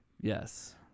Yes